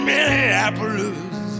Minneapolis